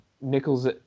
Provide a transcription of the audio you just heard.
Nichols